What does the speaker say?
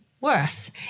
worse